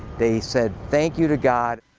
they said thank you to god.